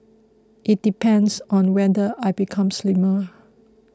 it depends on whether I become slimmer